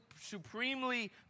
supremely